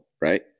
right